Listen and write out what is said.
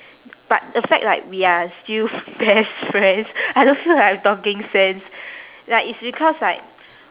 but the fact like we are still best friends I don't feel like I'm talking sense like it's because like